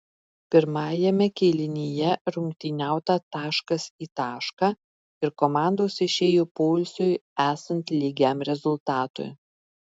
pirmajame kėlinyje rungtyniauta taškas į tašką ir komandos išėjo poilsiui esant lygiam rezultatui